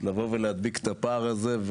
לבוא ולהדביק את הפער הזה,